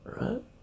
Right